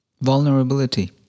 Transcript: Vulnerability